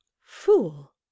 Fool